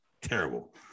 Terrible